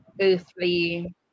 earthly